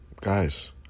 Guys